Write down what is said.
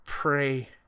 pray